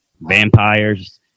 vampires